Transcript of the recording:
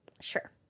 sure